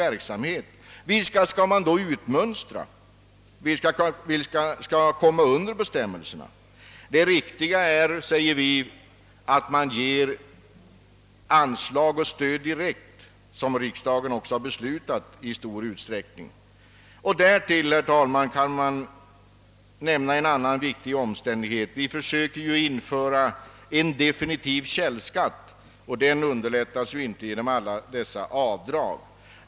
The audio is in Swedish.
Vilka skall då utmönstras och vilka skall komma under bestämmelserna? Det riktiga är, anser vi, att man ger anslag till:stöd direkt, vilket också riksdagen har beslutat i stor utsträckning. Därtill, herr talman, kan man nämna en annan viktig omständighet. Vi försöker införa :en definitiv källskatt, vilket inte torde bli lättare genom alla dessa avdrag.